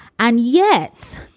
and yet